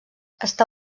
està